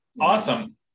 Awesome